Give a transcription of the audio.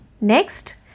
Next